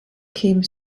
came